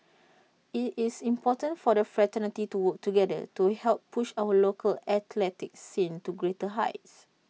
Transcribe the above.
IT is important for the fraternity to work together to help push our local athletics scene to greater heights